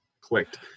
clicked